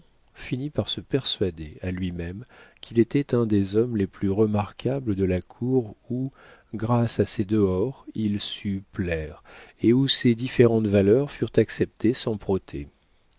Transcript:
finit par se persuader à lui-même qu'il était un des hommes les plus remarquables de la cour où grâce à ses dehors il sut plaire et où ses différentes valeurs furent acceptées sans protêt